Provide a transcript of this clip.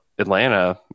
Atlanta